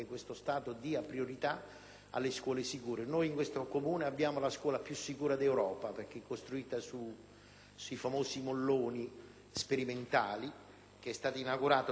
Noi, nel nostro Comune, abbiamo la scuola più sicura d'Europa perché costruita sui famosi molloni sperimentali, inaugurata tanto tempo fa.